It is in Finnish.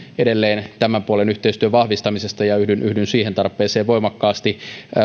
tämän puolen yhteistyön vahvistamisesta edelleen ja yhdyn yhdyn siihen tarpeeseen voimakkaasti